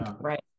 right